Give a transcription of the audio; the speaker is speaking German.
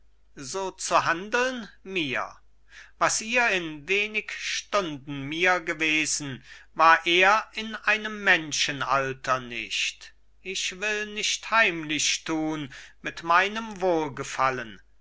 so zu handeln mir was ihr in wenig stunden mir gewesen war er in einem menschenalter nicht ich will nicht heimlichtun mit meinem wohlgefallen